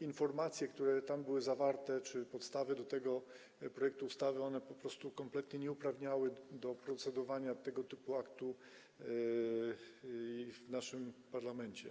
informacje, które tam były zawarte, czy podstawy tego projektu ustawy po prostu kompletnie nie uprawniały do podjęcia procedowania nad tego typu aktem w naszym parlamencie.